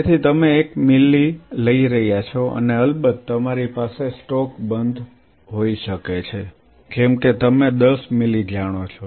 તેથી તમે એક મિલી લઈ રહ્યા છો અને અલબત્ત તમારી પાસે સ્ટોક બંધ હોઈ શકે છે જેમ કે તમે 10 મિલી જાણો છો